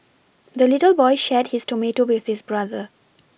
the little boy shared his tomato with his brother